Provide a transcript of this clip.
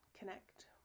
connect